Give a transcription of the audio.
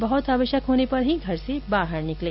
बहुत आवश्यक होने पर ही घर से बाहर निकलें